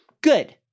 good